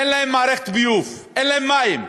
אין להן מערכת ביוב, אין להן מים,